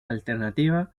alternativa